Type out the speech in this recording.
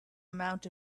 amount